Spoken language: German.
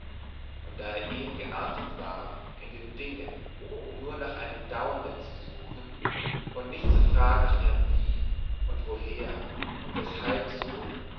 und da er eben geartet war in den dingen nur nach einem dauernden zu suchen und nicht zu fragen nach ihrem wie und woher und weshalb so